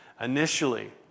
initially